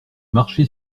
marcher